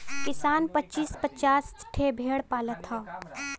किसान पचीस पचास ठे भेड़ पालत हौ